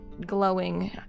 glowing